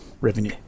revenue